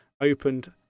opened